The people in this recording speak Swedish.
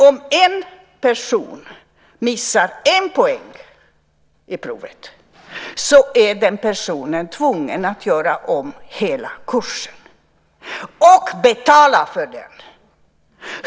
Om en person missar en poäng i provet är den personen tvungen att göra om hela kursen och betala för den.